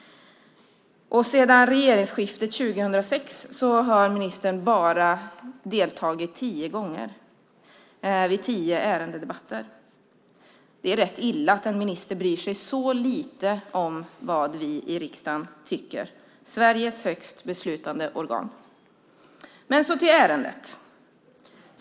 Sedan regeringsskiftet 2006 har ministern bara deltagit vid tio ärendedebatter. Det är ganska illa att en minister så lite bryr sig om vad vi i riksdagen, Sveriges högsta beslutande organ, tycker. Låt mig så övergå till dagens ärende.